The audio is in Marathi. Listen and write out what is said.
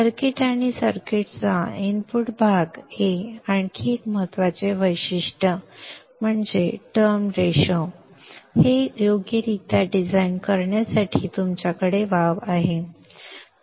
सर्किट आणि सर्किटचा इनपुट भाग हे आणखी एक महत्त्वाचे वैशिष्ट्य म्हणजे टर्म रेशो हे योग्यरित्या डिझाइन करण्यासाठी तुमच्याकडे वाव आहे